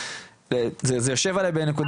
זה יושב עליי מנקודה,